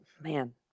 man